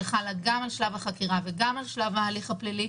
שחלה גם על שלב החקירה וגם על שלב ההליך הפלילי,